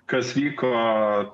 kas vyko